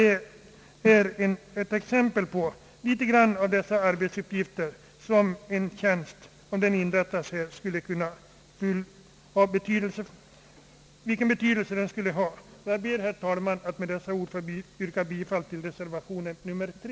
Detta är herr talman en del av de arbetsuppgifter som innehavaren av den tjänst — vilken reservationen syftar till — skulle ha att ägna sig åt. Jag ber, herr talman, att få yrka bifall till reservation nr 3.